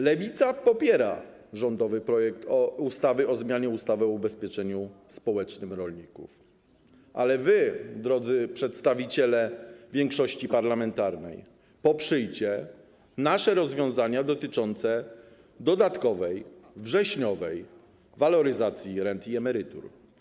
Lewica popiera rządowy projekt ustawy o zmianie ustawy o ubezpieczeniu społecznym rolników, ale wy, drodzy przedstawiciele większości parlamentarnej, poprzyjcie nasze rozwiązania dotyczące dodatkowej, wrześniowej waloryzacji rent i emerytur.